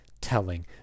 Telling